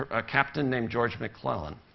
a captain named george mcclellan.